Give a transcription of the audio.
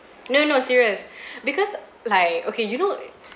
no no serious because like okay you know